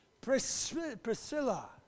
Priscilla